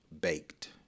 baked